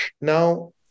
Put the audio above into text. Now